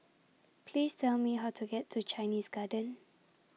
Please Tell Me How to get to Chinese Garden